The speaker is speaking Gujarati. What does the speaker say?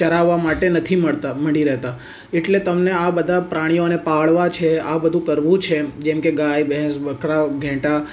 ચરાવવા માટે નથી મળતા મળી રહેતા એટલે તમને આ બધા પ્રાણીઓને પાળવા છે આ બધું કરવું છે જેમ કે ગાય ભેંસ બકરાં ઘેટાં